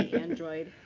the android.